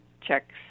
checks